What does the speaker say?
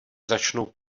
začnou